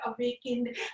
awakened